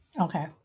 Okay